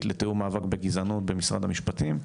לתיאום מאבק בגזענות במשרד המשפטים,